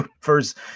first